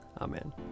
Amen